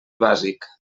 bàsic